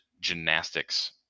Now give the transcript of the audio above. Gymnastics